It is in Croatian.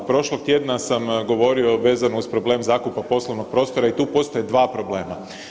Prošlog tjedna sam govorio vezano uz problem zakupa poslovnog prostora i tu postoje 2 problema.